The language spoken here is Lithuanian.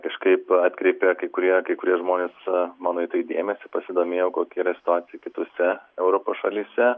kažkaip atkreipė kai kurie kai kurie žmonės mano į tai dėmesį pasidomėjau kokia yra situacija kitose europos šalyse